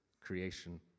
creation